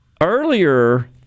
earlier